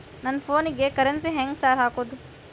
ನನ್ ಫೋನಿಗೆ ಕರೆನ್ಸಿ ಹೆಂಗ್ ಸಾರ್ ಹಾಕೋದ್?